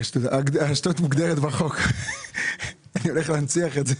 השטות מוגדרת בהצעת החוק, אני הולך להנציח את זה.